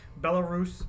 Belarus